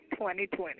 2020